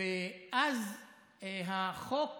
ואז החוק